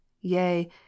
yea